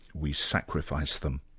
we sacrifice them.